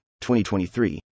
2023